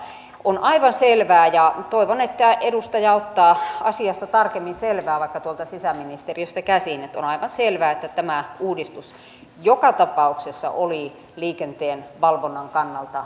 mutta on aivan selvää ja toivon että edustaja ottaa asiasta tarkemmin selvää vaikka tuolta sisäministeriöstä käsin että tämä uudistus joka tapauksessa oli liikenteen valvonnan kannalta myönteinen uudistus